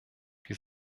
wir